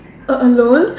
a~ alone